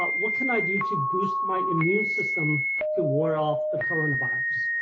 ah what can i do to boost my immune system to ward off the coronavirus?